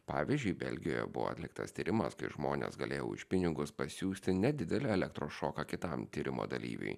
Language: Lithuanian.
pavyzdžiui belgijoje buvo atliktas tyrimas kai žmonės galėjo už pinigus pasiųsti nedidelį elektros šoką kitam tyrimo dalyviui